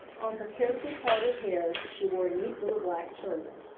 on her carefully parted hair she wore a neat little black turban.